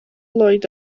lloyd